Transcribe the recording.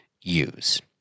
use